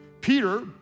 Peter